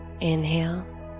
inhale